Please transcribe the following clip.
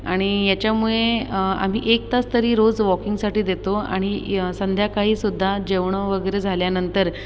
आणि याच्यामुळे आम्ही एक तास तरी रोज वॉकिंगसाठी देतो आणी संध्याकाळी सुद्धा जेवणं वगैरे झाल्या नंतर